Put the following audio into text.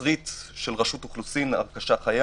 בתסריט של רשות האוכלוסין הרכשה חיה